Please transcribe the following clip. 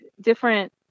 different